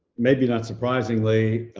maybe not surprisingly,